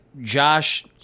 Josh